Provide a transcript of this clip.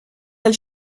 del